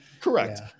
Correct